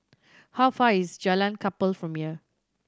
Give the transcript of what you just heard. how far is Jalan Kapal from here